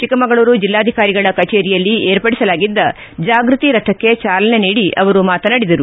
ಚಿಕ್ಕಮಗಳೂರು ಜಿಲ್ಲಾಧಿಕಾರಿಗಳ ಕಚೇರಿಯಲ್ಲಿ ಏರ್ಪಡಿಸಲಾಗಿದ್ದ ಜಾಗ್ಯತಿ ರಥಕ್ಕೆ ಚಾಲನೆ ನೀಡಿ ಅವರು ಮಾತನಾಡಿದರು